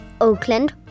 Oakland